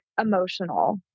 emotional